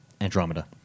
Andromeda